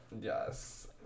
Yes